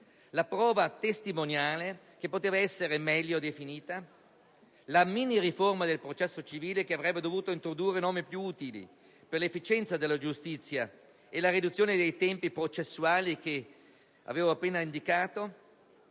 la prova testimoniale, che poteva essere meglio definita, la mini riforma del processo civile, che avrebbe dovuto introdurre norme più utili per l'efficienza della giustizia e la riduzione dei tempi processuali precedentemente indicati,